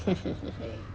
!hey!